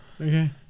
Okay